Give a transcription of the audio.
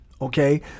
Okay